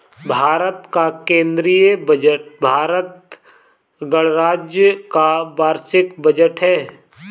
भारत का केंद्रीय बजट भारत गणराज्य का वार्षिक बजट है